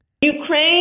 Ukraine